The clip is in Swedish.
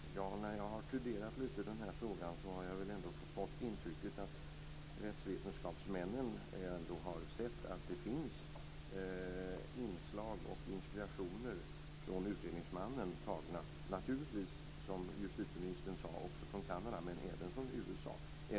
Fru talman! När jag har studerat den här frågan lite har jag ändå fått intrycket att rättsvetenskapsmännen har sett att det finns inslag och inspiration från utredningsmannen tagna, som justitieministern sade, naturligtvis också från Kanada men även från USA.